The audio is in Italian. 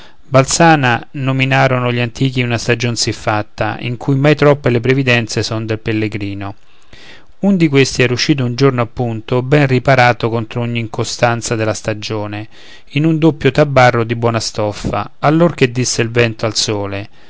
mantello balzana nominarono gli antichi una stagion siffatta in cui mai troppe le previdenze son del pellegrino un di questi era uscito un giorno appunto ben riparato contro ogni incostanza della stagione in un doppio tabarro di buona stoffa allor che disse il vento al sole